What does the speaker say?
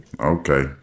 Okay